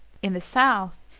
in the south,